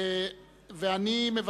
התשס”ט 2009. אני מבקש,